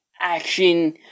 action